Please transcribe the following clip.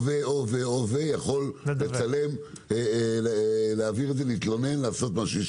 יכול לצלם, להתלונן, לעשות משהו.